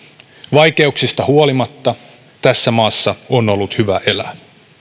vaikeuksista huolimatta tässä maassa on ollut hyvä elää